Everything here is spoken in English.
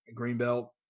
Greenbelt